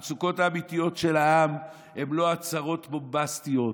המצוקות האמיתיות של העם הן לא הצהרות בומבסטיות,